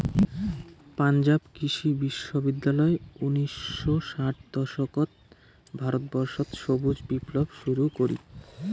পাঞ্জাব কৃষি বিশ্ববিদ্যালয় উনিশশো ষাট দশকত ভারতবর্ষত সবুজ বিপ্লব শুরু করি